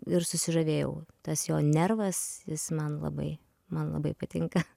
ir susižavėjau tas jo nervas jis man labai man labai patinka